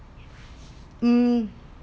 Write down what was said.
mm